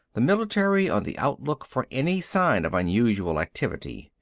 the military on the outlook for any sign of unusual activity.